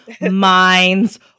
minds